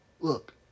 look